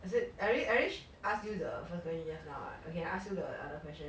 is it I already I already ask you the first question just now [what] okay I ask you the other question